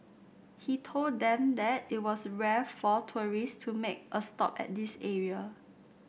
he told them that it was rare for tourists to make a stop at this area